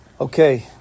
Okay